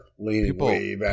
People